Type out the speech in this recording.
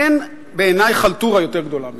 אין בעיני חלטורה יותר גדולה מזו.